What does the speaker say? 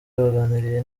baganiriye